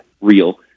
real